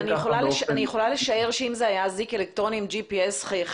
אני יכולה לשער שאם זה היה אזיק אלקטרוני עם GPS חייכם